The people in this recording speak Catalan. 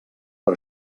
per